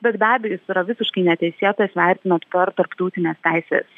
bet be abejo jis yra visiškai neteisėtas vertinant per tarptautinės teisės